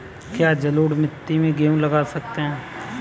क्या जलोढ़ मिट्टी में गेहूँ लगा सकते हैं?